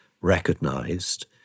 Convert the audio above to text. recognized